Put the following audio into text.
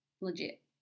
Legit